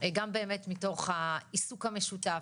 גם באמת מתוך העיסוק המשותף,